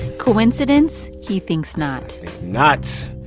coincidence he thinks not not it's